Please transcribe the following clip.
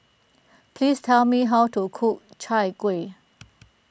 please tell me how to cook Chai Kueh